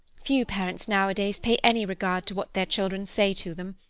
few parents nowadays pay any regard to what their children say to them.